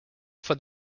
for